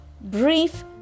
brief